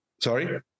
Sorry